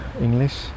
English